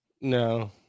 No